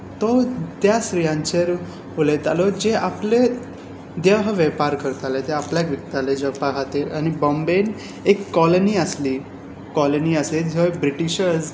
तो त्या स्त्रीयांचेर बरयतालो जे आपले देह वेपार करताले जे आपल्याक विकताले जावपा खातीर आनी बॉम्बेंत एक कॉलनी आसली जंय ब्रिटीशर्स